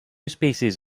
species